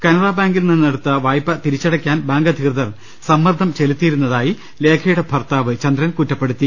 കനറ ബാങ്കിൽ നിന്നെടുത്ത വായ്പ തിരിച്ചടയ്ക്കാൻ ബാങ്ക് അധികൃതർ സമ്മർദ്ദം ചെലുത്തിയിരുന്നതായി ലേഖയുടെ ഭർത്താവ് ചന്ദ്രൻ കുറ്റപ്പെടുത്തി